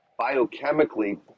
biochemically